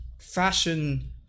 fashion